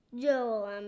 Joel